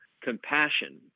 compassion